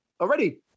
Already